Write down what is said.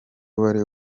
wari